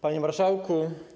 Panie Marszałku!